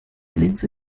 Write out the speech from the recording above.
linse